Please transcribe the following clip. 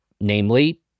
namely